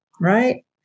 right